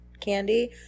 Candy